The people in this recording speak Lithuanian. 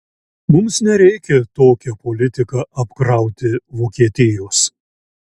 mums nereikia tokia politika apkrauti vokietijos